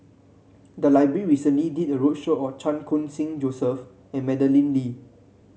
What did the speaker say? the library recently did a roadshow on Chan Khun Sing Joseph and Madeleine Lee